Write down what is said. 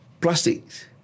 plastics